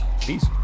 peace